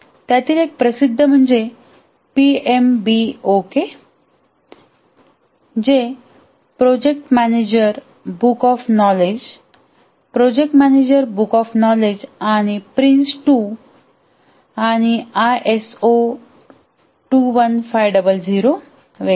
त्यातील एक प्रसिद्ध म्हणजेपीएमबीओके जे project manager book of knowledge project manager book of knowledge आणि प्रिन्स 2 आणि आयएसओ 21500 वगैरे